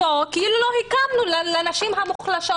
כאילו לא הקמנו אותו עבור הנשים המוחלשות